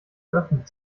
geöffnet